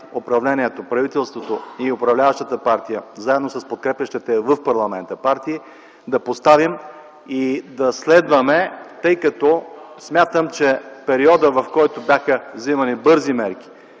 управлението - правителството и управляващата партия заедно с подкрепящите я в парламента партии да поставим и следваме, тъй като смятам, че периодът, в който бяха вземани бързи,